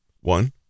one